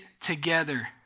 together